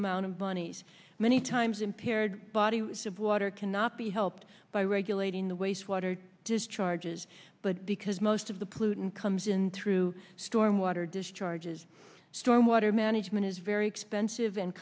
amount of bunnies many times impaired body was of water cannot be helped by regulating the waste water discharges but because most of the pollutant comes in through storm water discharges storm water management is very expensive and